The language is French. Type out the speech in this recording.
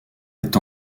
est